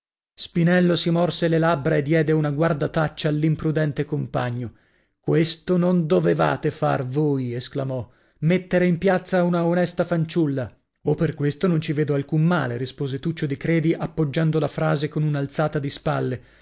spinello si morse le labbra e diede una guardataccia all'imprudente compagno questo non dovevate far voi esclamò mettere in piazza una onesta fanciulla oh per questo non ci vedo alcun male rispose tuccio di credi appoggiando la frase con un'alzata di spalle